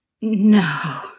No